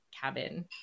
cabin